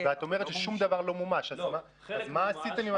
ואת אומרת ששום דבר לא מומש, אז מה עשיתם?